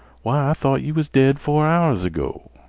why, i thought you was dead four hours ago!